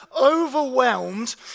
overwhelmed